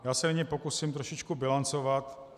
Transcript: Já se nyní pokusím trošičku bilancovat.